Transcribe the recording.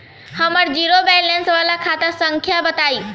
हमर zero balance वाला खाता संख्या बताई?